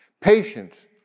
Patience